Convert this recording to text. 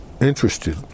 interested